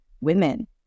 women